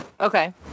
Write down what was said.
Okay